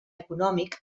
econòmic